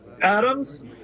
Adams